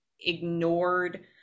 ignored